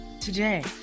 Today